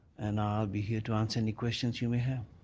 and i'll be here to answer any questions you may have.